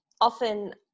often